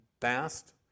fast